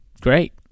Great